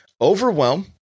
Overwhelm